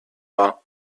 war